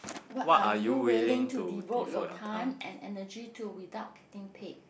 what are you willing to devote your time and energy to without getting paid